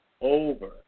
over